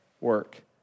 work